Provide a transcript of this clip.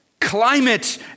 climate